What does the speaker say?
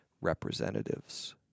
representatives